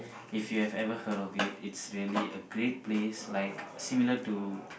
if you have ever heard of it it's really a great place like similar to